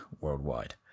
worldwide